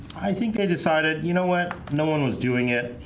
i think they decided you know what no one was doing it.